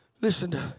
Listen